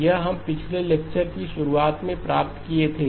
यह हम पिछले लेक्चर की शुरुआत में प्राप्त किए थे